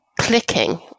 clicking